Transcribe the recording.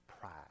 pride